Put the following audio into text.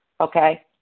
okay